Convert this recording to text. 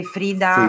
Frida